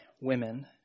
women